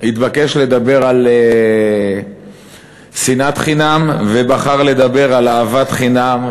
התבקש לדבר על שנאת חינם ובחר לדבר על אהבת חינם,